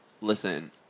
listen